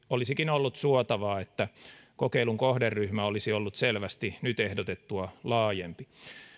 olisikin ollut suotavaa että kokeilun kohderyhmä olisi ollut selvästi nyt ehdotettua laajempi